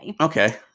Okay